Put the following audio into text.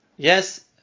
Yes